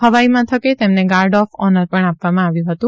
હવાઈમાથકે તેમને guard of honour પણ આપવામાં આવ્યું હતું